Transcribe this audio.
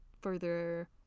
further